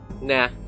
Nah